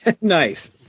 Nice